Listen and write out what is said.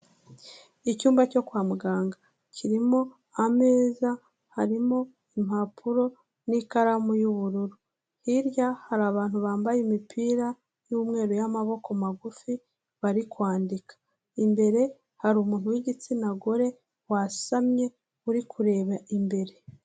Icyumba cyo kwa muganga kirimo ameza, harimo impapuro n'ikaramu y'ubururu. Hirya hari abantu bambaye imipira y'umweru y'amaboko magufi bari kwandika. Imbere hari umuntu w'igitsina gore wasamye uri kureba imbere.